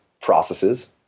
processes